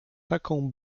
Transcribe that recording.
taką